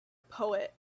poet